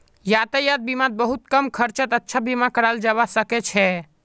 यातायात बीमात बहुत कम खर्चत अच्छा बीमा कराल जबा सके छै